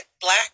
black